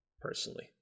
personally